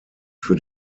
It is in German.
für